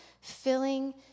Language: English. filling